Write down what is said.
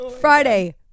Friday